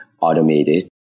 automated